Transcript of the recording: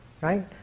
right